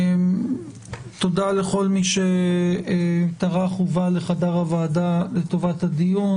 תודה לכל מי שטרח ובא לחדר הוועדה לטובת הדיון.